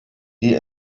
die